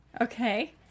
okay